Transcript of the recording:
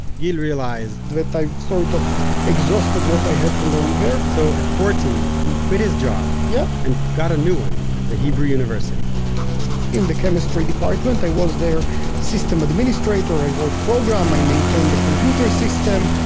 gil realized, that i've sort of exhausted what i had to learn there so at fourteen he quit his job, yeah and got a new one at the hebrew university in the chemistry department. i was their system administrator. i wrote program, i maintained the computer system